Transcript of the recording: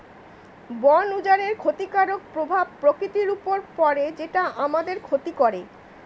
বন উজাড়ের ক্ষতিকারক প্রভাব প্রকৃতির উপর পড়ে যেটা আমাদের ক্ষতি করে